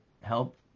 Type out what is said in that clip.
help